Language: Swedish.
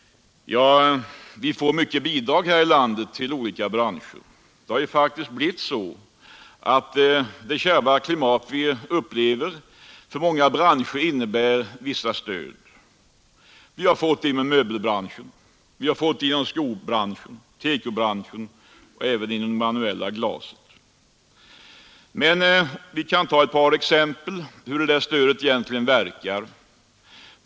Vi får många bidrag här i landet till olika branscher. Vi har fått det inom möbelbranschen, inom skobranschen, inom TEKO-branschen och inom den manuella glastillverkningen. Men jag kan anföra ett par exempel på hur det där stödet verkar.